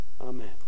Amen